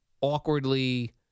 Awkwardly